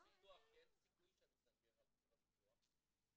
ביטוח כי אין סיכוי שאני מסנגר על חברת ביטוח.